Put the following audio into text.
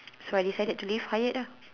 so I decided to leave Hyatt lah